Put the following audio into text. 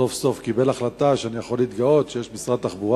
סוף-סוף הוא קיבל החלטה שאני יכול להתגאות שיש משרד תחבורה.